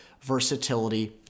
versatility